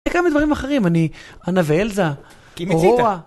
זה גם מדברים אחרים, אני, אנה ואלזה, אורורה.